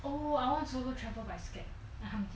oh I want to solo travel but I scared I ham ji